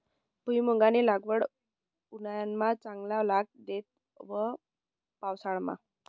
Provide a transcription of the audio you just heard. भुईमुंगनी लागवड उंडायामा चांगला लाग देस का पावसाळामा